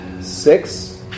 Six